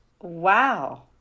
Wow